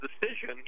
decision